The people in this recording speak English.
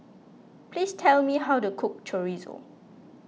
please tell me how to cook Chorizo